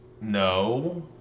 no